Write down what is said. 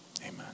Amen